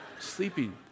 Sleeping